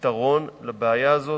פתרון לבעיה הזאת,